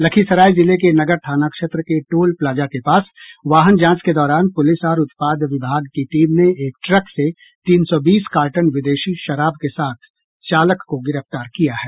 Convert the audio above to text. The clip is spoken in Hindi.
लखीसराय जिले के नगर थाना क्षेत्र के टोल प्लाजा के पास वाहन जांच के दौरान पुलिस और उत्पाद विभाग की टीम ने एक ट्रक से तीन सौ बीस कार्टन विदेशी शराब के साथ चालक को गिरफ्तार किया है